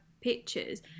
pictures